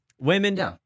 women